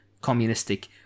communistic